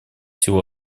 всего